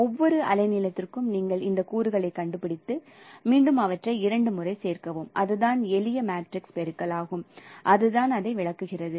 ஒவ்வொரு அலைநீளத்திற்கும் நீங்கள் இந்த கூறுகளைக் கண்டுபிடித்து மீண்டும் அவற்றை இரண்டு முறை சேர்க்கவும் அதுதான் எளிய மேட்ரிக்ஸ் பெருக்கல் அதுதான் அதை விளக்குகிறது